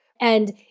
And-